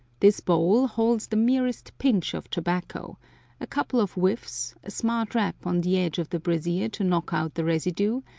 this bowl holds the merest pinch of tobacco a couple of whiffs, a smart rap on the edge of the brazier to knock out the residue,